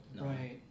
right